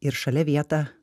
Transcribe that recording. ir šalia vietą